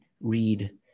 read